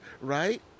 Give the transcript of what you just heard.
Right